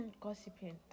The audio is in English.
Gossiping